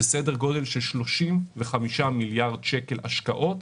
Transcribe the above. זה סדר גודל של 35 מיליארד שקל השקעות,